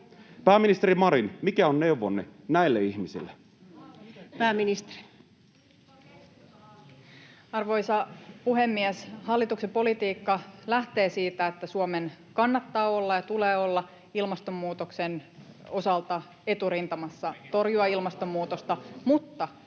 hallituksessa! — Naureskelua oikealta] Pääministeri. Arvoisa puhemies! Hallituksen politiikka lähtee siitä, että Suomen kannattaa olla ja tulee olla ilmastonmuutoksen osalta eturintamassa, torjua ilmastonmuutosta, mutta